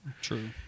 True